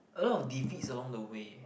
a lot of defeat along the way